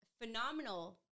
phenomenal